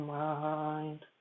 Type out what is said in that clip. mind